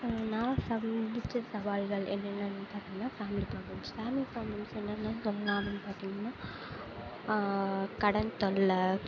நான் முடித்த சவால்கள் என்னென்னன்னு பார்த்தீங்கன்னா ஃபேம்லி ப்ராப்ளம்ஸ் ஃபேம்லி ப்ராப்ளம்ஸ் என்னென்னன்னு சொன்னால் அப்டின்னு பார்த்தீங்கன்னா கடன் தொல்லை